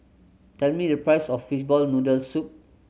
tell me the price of fishball noodle soup